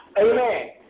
Amen